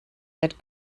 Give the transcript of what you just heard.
that